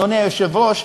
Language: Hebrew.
אדוני היושב-ראש,